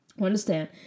Understand